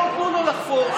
נחפור,